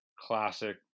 Classic